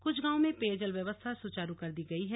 कुछ गांवों में पेयजल व्यवस्था सुचारू कर दी गयी है